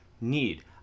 need